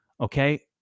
Okay